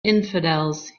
infidels